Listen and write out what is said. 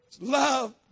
love